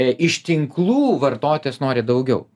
iš tinklų vartotojas nori daugiau